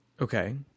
Okay